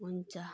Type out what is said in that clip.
हुन्छ